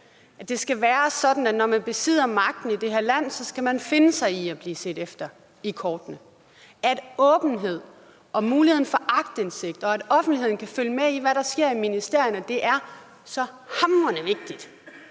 at det skal være sådan, at når man besidder magten i det her land, skal man finde sig i at blive set efter i kortene. Åbenhed og muligheden for aktindsigt, og at offentligheden kan følge med i, hvad der sker i ministerierne, er så hamrende vigtigt